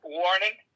warning